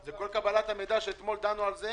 זה כל קבלת המידע שאתמול דנו עליו.